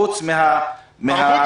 חוץ מערבות המדינה?